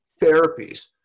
therapies